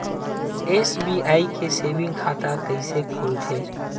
SBI के saving खाता कइसे खोलथे?